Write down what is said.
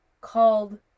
called